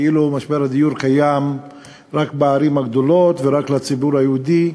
כאילו משבר הדיור קיים רק בערים הגדולות ורק בציבור היהודי.